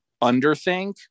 underthink